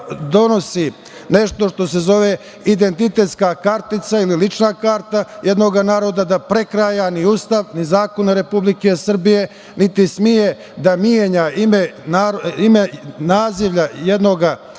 donosi nešto što se zove identitetska kartica ili lična karta jednog naroda da prekraja ni Ustav ni zakone Republike Srbije, niti sme da menja ime jednog jezika jednoga naroda,